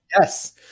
yes